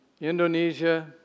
Indonesia